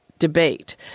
debate